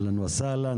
אהלן וסהלן.